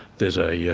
there's a yeah